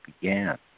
began